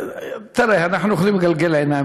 תראה, אנחנו יכולים לגלגל עיניים.